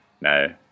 No